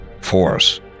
force